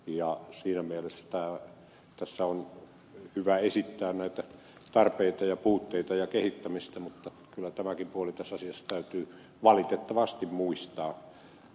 siinä mielessä tässä on hyvä esittää näitä tarpeita ja puutteita ja kehittämistä mutta kyllä tämäkin puoli tässä asiassa täytyy valitettavasti muistaa